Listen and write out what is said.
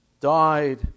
died